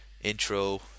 intro